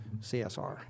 CSR